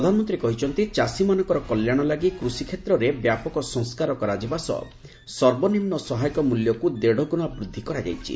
ପ୍ରଧାନମନ୍ତ୍ରୀ କହିଛନ୍ତି ଚାଷୀମାନଙ୍କର କଲ୍ୟାଣ ଲାଗି କୃଷି କ୍ଷେତ୍ରରେ ବ୍ୟାପକ ସଂସ୍କାର କରାଯିବା ସହ ସର୍ବନିମ୍ବ ସହାୟକ ମୂଲ୍ୟକୁ ଦେଢ଼ଗୁଣା ବୃଦ୍ଧି କରାଯାଇଛି